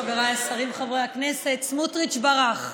חבריי השרים, חברי הכנסת, סמוטריץ' ברח.